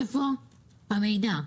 איפה המידע?